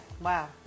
wow